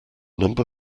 number